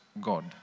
God